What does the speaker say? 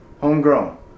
homegrown